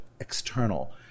external